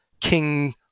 King